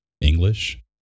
English